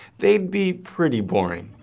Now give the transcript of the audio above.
they'd be pretty boring.